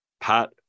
Pat